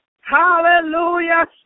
hallelujah